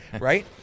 right